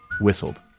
whistled